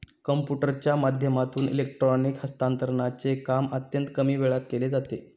कम्प्युटरच्या माध्यमातून इलेक्ट्रॉनिक हस्तांतरणचे काम अत्यंत कमी वेळात केले जाते